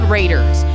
Raiders